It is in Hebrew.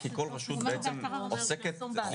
החוק הזה כבר יושב חודש.